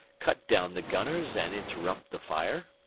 cut down the gunners and interrupt the fire.